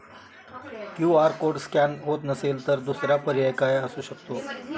QR code scan होत नसेल तर दुसरा पर्याय काय असतो?